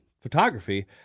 photography